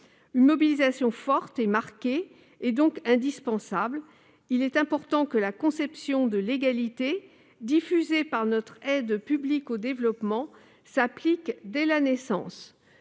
Une mobilisation forte et marquée est donc indispensable. Il est important que la conception de l'égalité diffusée par notre aide publique au développement s'applique dès la naissance.